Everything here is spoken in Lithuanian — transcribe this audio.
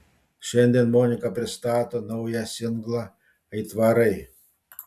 šiandien monika pristato naują singlą aitvarai